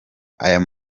ayo